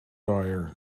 dryer